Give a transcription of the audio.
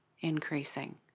increasing